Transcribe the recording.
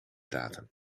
datum